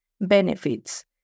benefits